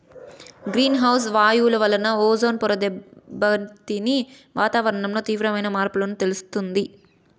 green house వాయువుల వలన ozone పొర దెబ్బతిని వాతావరణంలో తీవ్రమైన మార్పులను తెస్తుంది